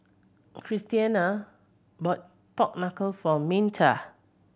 Christiana bought pork knuckle for Minta